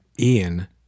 Ian